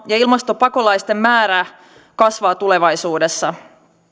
ja ilmastopakolaisten määrä kasvaa tulevaisuudessa